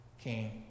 came